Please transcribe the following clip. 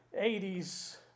80s